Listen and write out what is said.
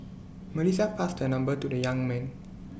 Melissa passed her number to the young man